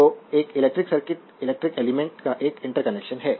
तो एक electric circuit electric elements का एक इंटरकनेक्शन है